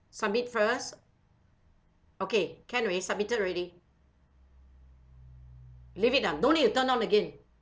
submit first okay can already submitted already leave it ah no need to turn on again